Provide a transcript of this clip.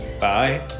Bye